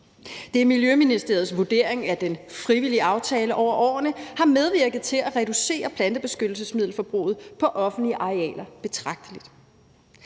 Det er Miljøministeriets vurdering, at den frivillige aftale over årene har medvirket til at reducere plantebeskyttelsesmiddelforbruget på offentlige arealer betragteligt.